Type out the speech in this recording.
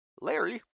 Larry